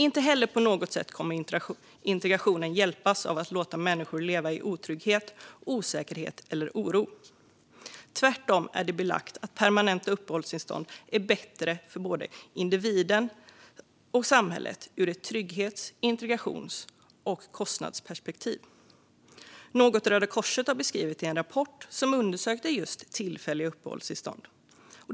Inte heller kommer integrationen på något sätt att hjälpas av att man låter människor leva i otrygghet, osäkerhet eller oro. Tvärtom är det belagt att permanenta uppehållstillstånd är bättre för både individen och samhället ur ett trygghets-, integrations och kostnadsperspektiv. Detta är något som Röda Korset har beskrivit i en rapport där man undersökte just tillfälliga uppehållstillstånd.